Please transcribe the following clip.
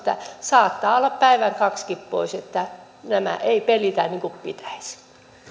saattaa olla päivän kaksikin pois niin että nämä eivät pelitä niin kuin pitäisi nyt